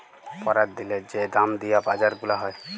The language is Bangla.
প্যরের দিলের যে দাম দিয়া বাজার গুলা হ্যয়